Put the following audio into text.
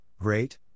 great